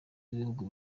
b’igihugu